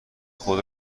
خود